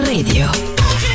Radio